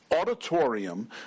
auditorium